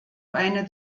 eine